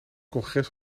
congres